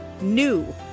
NEW